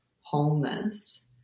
wholeness